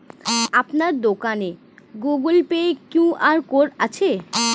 আপনার দোকানে Google Pay QR code আছে?